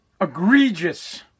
egregious